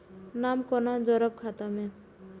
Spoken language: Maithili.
नाम कोना जोरब खाता मे